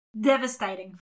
Devastating